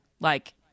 Like-